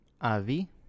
Avi